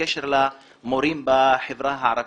בקשר למורים בחברה הערבית,